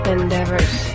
endeavors